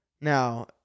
Now